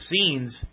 scenes